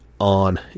on